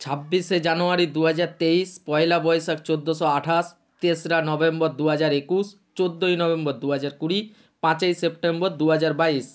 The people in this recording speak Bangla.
ছাব্বিশে জানুয়ারি দু হাজার তেইশ পহেলা বৈশাখ চোদ্দোশো আঠাস তেসরা নভেম্বর দু হাজার একুশ চোদ্দোই নভেম্বর দু হাজার কুড়ি পাঁচই সেপ্টেম্বর দু হাজার বাইশ